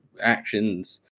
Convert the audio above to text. actions